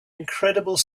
incredible